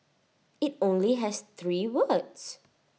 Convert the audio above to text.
IT only has three words